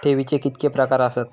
ठेवीचे कितके प्रकार आसत?